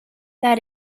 that